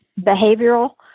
behavioral